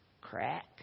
crack